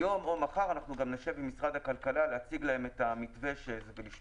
היום או מחר אנחנו גם נשב עם משרד הכלכלה להציג להם את המתווה ולשמוע.